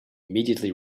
immediately